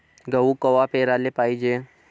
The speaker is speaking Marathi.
गहू कवा पेराले पायजे?